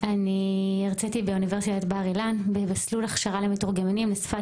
אני הרציתי באוניברסיטת בר אילן במסלול הכשרה למתורגמנים לשפת